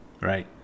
right